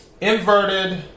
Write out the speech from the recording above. inverted